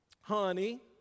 Honey